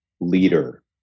leader